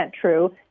true